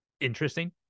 interesting